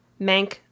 mank